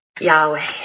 Yahweh